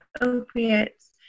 opiates